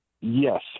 Yes